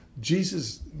Jesus